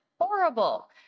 horrible